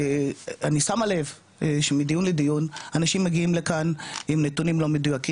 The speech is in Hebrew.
שאני שמה לב שמדיון לדיון אנשים מגיעים לכאן עם נתונים לא מדויקים,